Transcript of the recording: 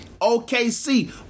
OKC